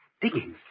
digging